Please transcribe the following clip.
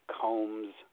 combs